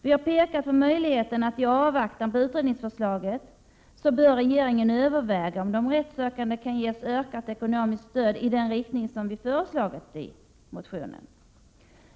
Vi har pekat på möjligheten att regeringen, i avvaktan på utredningsförslag, överväger om de rättssökande kan ges ökat ekonomiskt stöd i den riktning som har föreslagits i centermotionen.